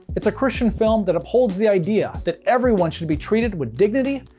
it's a christian film that upholds the idea that everyone should be treated with dignity,